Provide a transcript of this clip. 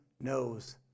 knows